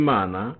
Mana